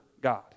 God